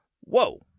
whoa